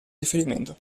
riferimento